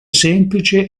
semplice